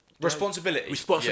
Responsibility